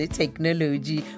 technology